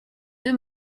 deux